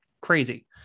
crazy